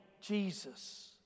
Jesus